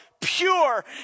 pure